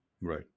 right